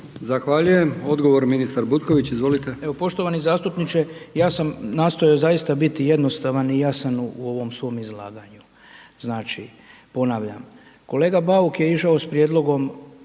Zahvaljujem. Odgovor, ministar Butković, izvolite.